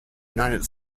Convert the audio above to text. united